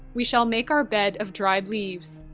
we shall make our bed of dried leaves,